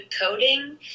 coding